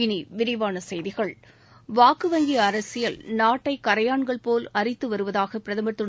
இனி விரிவான செய்திகள் வாக்கு வங்கி அரசியல் நாட்டை கரையான்கள் போல் அரித்து வருவதாக பிரதமர் திரு